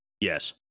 Yes